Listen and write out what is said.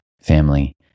family